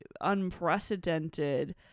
unprecedented